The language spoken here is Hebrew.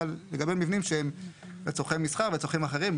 אבל לגבי מבנים שהם לצרכי מסחר ולצרכים אחרים,